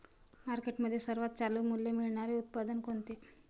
मार्केटमध्ये सर्वात चालू मूल्य मिळणारे उत्पादन कोणते?